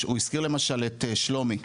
הוא הזכיר למשל את שלומי,